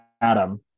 Adam